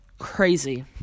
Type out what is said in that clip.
crazy